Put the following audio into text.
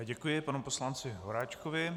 Děkuji panu poslanci Horáčkovi.